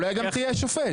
אולי גם תהיה שופט?